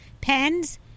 Pens